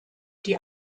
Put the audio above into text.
die